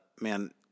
man